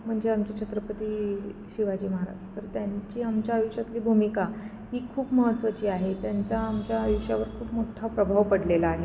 म्हणजे आमचे छत्रपती शिवाजी महाराज तर त्यांची आमच्या आयुष्यातली भूमिका ही खूप महत्त्वाची आहे त्यांचा आमच्या आयुष्यावर खूप मोठा प्रभाव पडलेला आहे